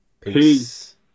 Peace